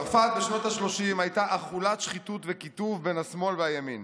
צרפת בשנות השלושים הייתה אכולת שחיתות וקיטוב בין השמאל לימין.